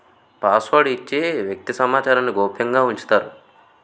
password ఇచ్చి వ్యక్తి సమాచారాన్ని గోప్యంగా ఉంచుతారు